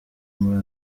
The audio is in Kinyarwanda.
muri